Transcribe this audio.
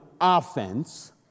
offense